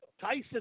Tyson